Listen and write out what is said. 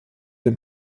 den